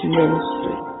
ministry